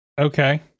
Okay